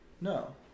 No